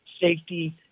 safety